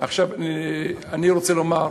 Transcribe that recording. אני רוצה לומר,